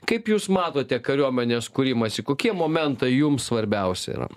kaip jūs matote kariuomenės kūrimąsi kokie momentai jums svarbiausia yra